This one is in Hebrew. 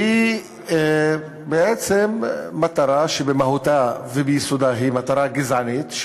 שהיא בעצם מטרה שבמהותה וביסודה היא גזענית,